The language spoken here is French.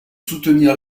soutenir